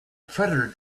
predator